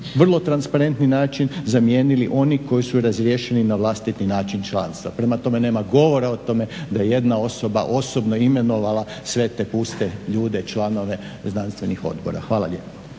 vrlo transparentni način zamijenili oni koji su razriješili na vlastiti način članstva. Prema tome, nema govora o tome da je jedna osoba osobno imenovala sve te puste ljude, članove znanstvenih odbora. Hvala lijepo.